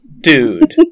dude